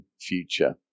future